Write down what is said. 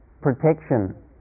protection